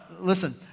listen